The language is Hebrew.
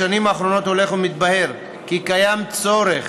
בשנים האחרונות הולך ומתבהר כי קיים צורך